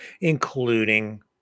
including